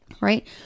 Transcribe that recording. right